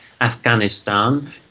Afghanistan